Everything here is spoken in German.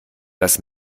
das